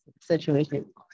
situation